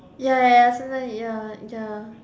ya ya ya sometimes ya ya